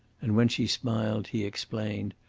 and when she smiled he explained.